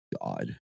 God